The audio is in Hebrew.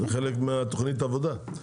זה חלק מתוכנית העבודה.